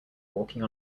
walking